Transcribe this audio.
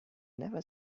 never